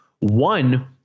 One